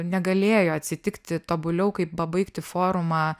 negalėjo atsitikti tobuliau kaip pabaigti forumą